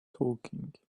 talking